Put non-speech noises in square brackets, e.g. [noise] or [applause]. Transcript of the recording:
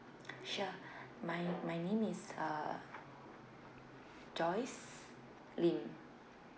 sure [breath] my my name is joyce lim